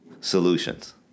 solutions